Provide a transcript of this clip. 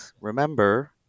remember